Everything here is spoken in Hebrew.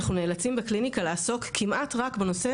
אנחנו נאלצים בקליניקה לעסוק כמעט רק בנושא